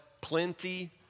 plenty